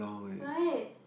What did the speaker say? right